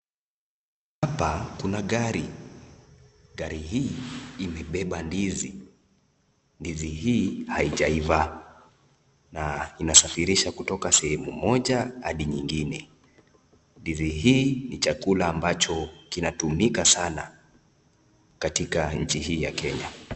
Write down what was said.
Hapa kuna gari. Gari hii imebeba ndizi na ndizi hii haijaiva na inqasafirishwa kutoka sehemu moja hadi nyingine. Ndizi hii ni chakula ambacho kinatumika sana katika nchi hii ya Kenya.